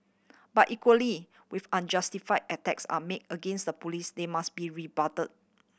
but equally with unjustified attacks are made against the Police they must be rebutted